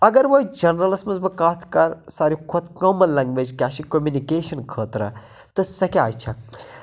اگر وۄنۍ جَنرَلَس مَنٛز بہٕ کَتھ کَرٕ ساروی کھۄتہٕ کامَن لینگویٚج کیاہ چھِ کٔمنِکیٚشَن خٲطرٕ تہٕ سۄ کیازِ چھےٚ